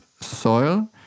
soil